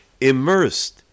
immersed